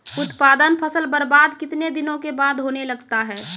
उत्पादन फसल बबार्द कितने दिनों के बाद होने लगता हैं?